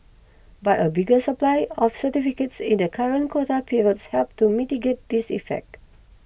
but a bigger supply of certificates in the current quota period helped to mitigate this effect